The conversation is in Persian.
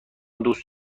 دوست